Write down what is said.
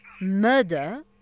Murder